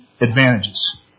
advantages